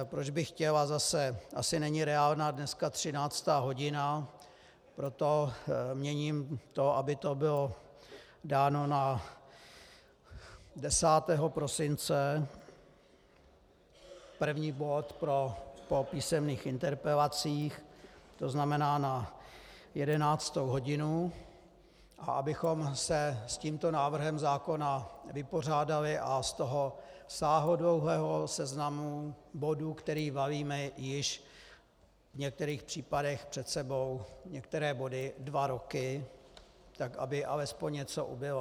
Proč bych chtěl a zase, asi není reálná dneska 13. hodina, proto měním to, aby to bylo dáno na 10. prosince první bod po písemných interpelacích, to znamená na 11. hodinu, a abychom se s tímto návrhem zákona vypořádali a z toho sáhodlouhého seznamu bodů, který valíme již v některých případech před sebou, některé body dva roky, tak aby alespoň něco ubylo.